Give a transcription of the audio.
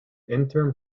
interim